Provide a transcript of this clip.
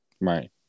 right